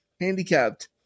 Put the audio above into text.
handicapped